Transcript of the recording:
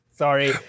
sorry